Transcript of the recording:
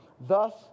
Thus